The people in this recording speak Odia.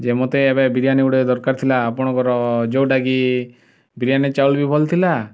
ଯେ ମୋତେ ଏବେ ବିରିୟାନୀ ଗୋଟେ ଦରକାର ଥିଲା ଆପଣଙ୍କର ଯେଉଁଟା କି ବିରିୟାନୀ ଚାଉଳ ବି ଭଲ ଥିଲା